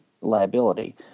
liability